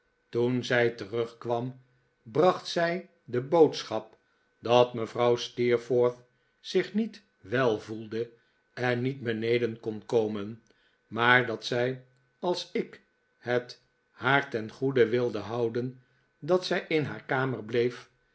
toen zij terugkwam bracht zij de boodschap dat mevrouw steerforth zich niet wel voelde en niet beneden kon komen maar dat zij als ik het haar ten goede wilde houden dat zij in haar kamer bieef